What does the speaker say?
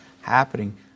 happening